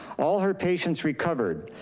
all her patients recovered.